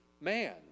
man